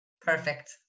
Perfect